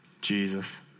Jesus